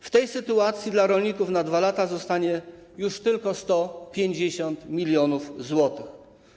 W tej sytuacji dla rolników na 2 lata zostanie już tylko 150 mln zł.